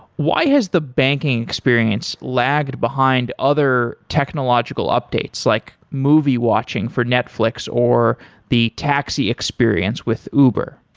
why has the banking experience lagged behind other technological updates, like movie watching for netflix, or the taxi experience with uber?